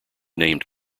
named